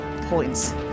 points